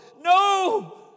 no